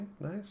nice